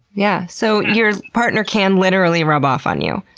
yeah, so your partner can literally rub off on you?